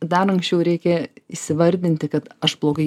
dar anksčiau reikia įsivardinti kad aš blogai